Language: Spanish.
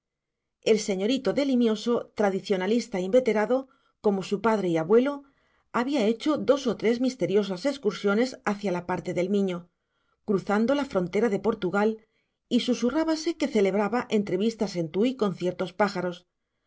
el señorito de limioso tradicionalista inveterado como su padre y abuelo había hecho dos o tres misteriosas excursiones hacia la parte del miño cruzando la frontera de portugal y susurrábase que celebraba entrevistas en tuy con ciertos pájaros